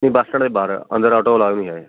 ਨਹੀਂ bus stand ਦੇ ਬਾਹਰ ਅੰਦਰ ਆਟੋ ਅਲਾਊ ਨਹੀਂ ਹੈਗੇ